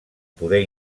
poder